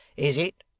is it,